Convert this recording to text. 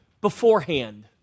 beforehand